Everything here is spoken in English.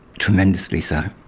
tremendously so.